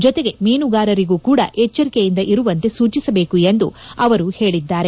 ಜೊತೆಗೆ ಮೀನುಗಾರರಿಗೂ ಕೂಡ ಎಚ್ಚರಿಕೆಯಿಂದ ಇರುವಂತೆ ಸೂಚಿಸಬೇಕು ಎಂದು ಅವರು ಹೇಳಿದ್ದಾರೆ